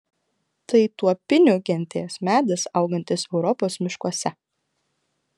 tai tuopinių genties medis augantis europos miškuose